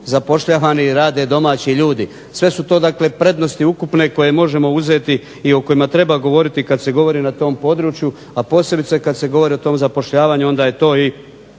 zapošljavani i rade domaći ljudi. Sve su to dakle prednosti ukupne koje možemo uzeti i o kojima treba govoriti kad se govori na tom području, a posebice kad se govori o tom zapošljavanju onda je to i